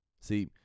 See